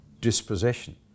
dispossession